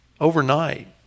overnight